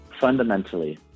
Fundamentally